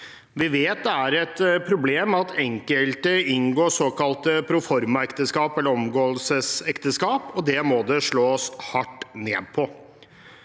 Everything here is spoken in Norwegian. Vi vet det er et problem at enkelte inngår såkalte proformaekteskap eller omgåelsesekteskap, og det må det slås hardt ned på.